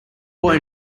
boy